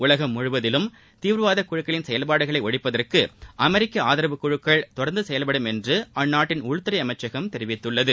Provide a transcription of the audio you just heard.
உலகம் முழுவதிலும் தீவிரவாத குழுக்களின் செயல்பாடுகளை ஒழிப்பதற்கு அமெரிக்க ஆதரவு குழுக்கள் தொடர்ந்து செயல்படும் என்று அந்நாட்டின் உள்துறை அமைச்சகம் கூறியுள்ளது